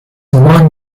one